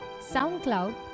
SoundCloud